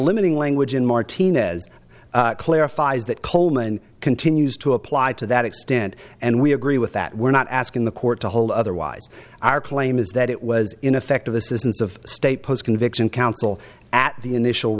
limiting language in martinez clarifies that coleman continues to apply to that extent and we agree with that we're not asking the court to hold otherwise our claim is that it was ineffective assistance of state post conviction counsel at the initial